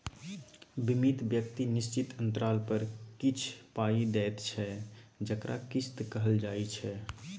बीमित व्यक्ति निश्चित अंतराल पर किछ पाइ दैत छै जकरा किस्त कहल जाइ छै